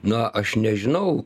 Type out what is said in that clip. na aš nežinau